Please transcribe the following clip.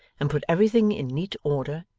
and put everything in neat order,